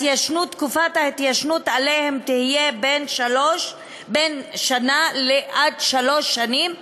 שתקופת ההתיישנות עליהן תהיה בין שנה לשלוש שנים,